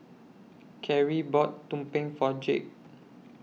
Carie bought Tumpeng For Jake